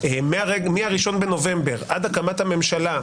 מה-1 בנובמבר עד הקמת הממשלה,